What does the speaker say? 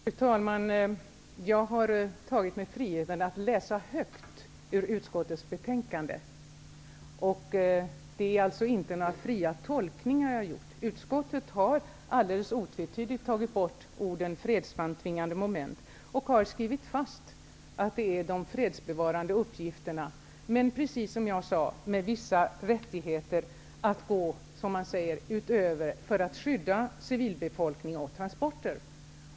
Fru talman! Jag har tagit mig friheten att läsa högt ur utskottets betänkande. Jag har således inte gjort några fria tolkningar. Utskottet har alldeles otvetydigt tagit bort orden ''fredsframtvingande moment'' och skrivit fast att det gäller de fredsbevarande uppgifterna. Precis som jag sade finns det vissa rättigheter att gå, som man säger, utöver för att skydda civilbefolkning och transporter.